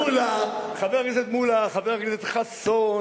מולה, חבר הכנסת מולה, חבר הכנסת חסון,